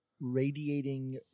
radiating